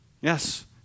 Yes